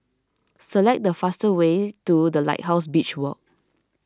select the fastest way to the Lighthouse Beach Walk